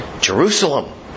Jerusalem